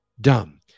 dumb